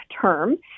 term